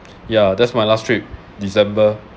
ya that's my last trip december